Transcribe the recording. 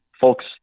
folks